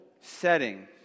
setting